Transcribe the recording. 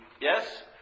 Yes